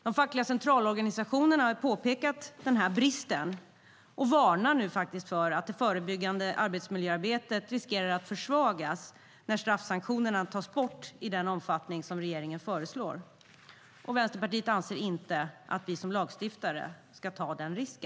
De fackliga centralorganisationerna har påpekat denna brist och varnar för att det förebyggande arbetsmiljöarbetet riskerar att försvagas när straffsanktionerna tas bort i den omfattning regeringen föreslår. Vänsterpartiet anser inte att vi som lagstiftare ska ta denna risk.